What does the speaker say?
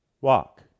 walk